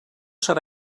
serà